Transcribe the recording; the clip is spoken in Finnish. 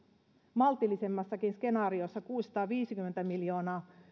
maltillisemmassakin skenaariossa kuusisataaviisikymmentä miljoonaa